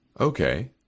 Okay